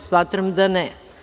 Smatram da ne.